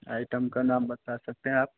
item का नाम बता सकते हैं आप